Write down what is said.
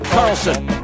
Carlson